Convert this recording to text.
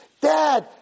Dad